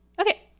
Okay